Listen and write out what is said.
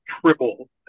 triple